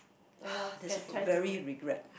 that's very regret